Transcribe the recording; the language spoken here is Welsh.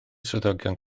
swyddogion